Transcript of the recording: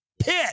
Pit